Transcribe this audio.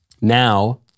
Now